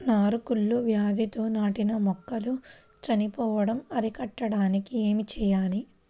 నారు కుళ్ళు వ్యాధితో నాటిన మొక్కలు చనిపోవడం అరికట్టడానికి ఏమి చేయాలి?